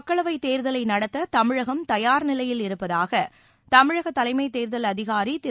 மக்களவைத் தேர்தலை நடத்த தமிழகம் தயார் நிலையில் இருப்பதாக தமிழக தலைமைத் தேர்தல் அதிகாரி திரு